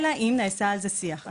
אלא אם נעשה על זה שיח.